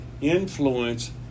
influence